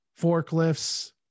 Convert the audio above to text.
forklifts